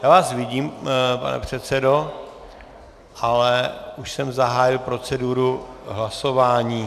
Já vás vidím, pane předsedo, ale už jsem zahájil proceduru hlasování.